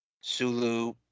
Sulu